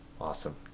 Awesome